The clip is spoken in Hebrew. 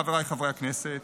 חבריי חברי הכנסת,